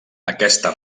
aquesta